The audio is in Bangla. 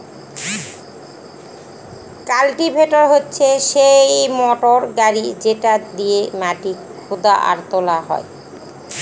কাল্টিভেটর হচ্ছে সেই মোটর গাড়ি যেটা দিয়েক মাটি খুদা আর তোলা হয়